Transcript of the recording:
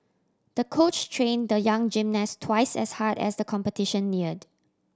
the coach train the young gymnast twice as hard as the competition neared